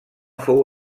fou